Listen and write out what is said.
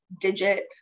digit